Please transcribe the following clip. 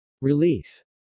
Release